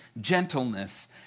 gentleness